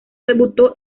debutó